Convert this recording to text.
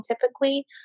typically